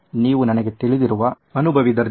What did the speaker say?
ನೀವು ನನಗೆ ತಿಳಿದಿರುವ ಅನುಭವಿ ದರ್ಜಿ